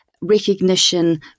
recognition